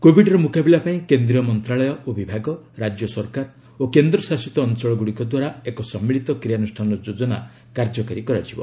କୋବିଡ୍ର ମୁକାବିଲା ପାଇଁ କେନ୍ଦ୍ରୀୟ ମନ୍ତ୍ରଶାଳୟ ଓ ବିଭାଗ ରାଜ୍ୟ ସରକାର ଓ କେନ୍ଦ୍ର ଶାସିତ ଅଞ୍ଚଳଗୁଡ଼ିକ ଦ୍ୱାରା ଏକ ସମ୍ମିଳୀତ କ୍ରିୟାନୁଷ୍ଠାନ ଯୋଜନା କାର୍ଯ୍ୟକାରୀ କରାଯିବ